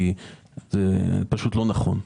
כי זה פשוט לא נכון.